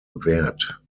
wert